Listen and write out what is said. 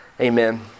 Amen